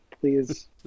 Please